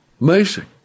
Amazing